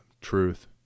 Truth